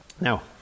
now